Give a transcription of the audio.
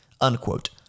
unquote